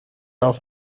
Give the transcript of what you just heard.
auf